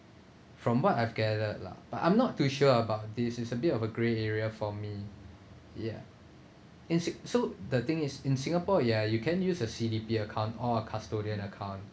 from what I've gathered lah but I'm not too sure about this it's a bit of a grey area for me ya it's so the thing is in singapore ya you can use a C_D_P account or custodian account